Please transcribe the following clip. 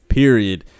period